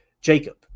Jacob